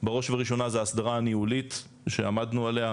בראש ובראשונה זה ההסדרה הניהולית שעמדנו עליה,